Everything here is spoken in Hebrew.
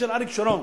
כאשר אריק שרון